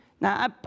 Now